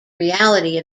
reality